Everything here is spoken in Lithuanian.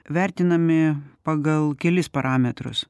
vertinami pagal kelis parametrus